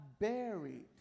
buried